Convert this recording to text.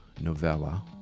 novella